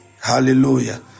Hallelujah